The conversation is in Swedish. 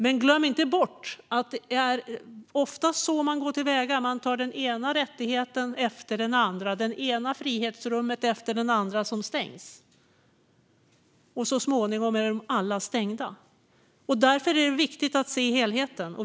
Men glöm inte bort att det oftast är så här man går till väga: Man tar den ena rättigheten efter den andra, och det ena frihetsrummet efter det andra stängs. Så småningom är de alla stängda. Därför är det viktigt att se helheten.